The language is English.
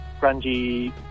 grungy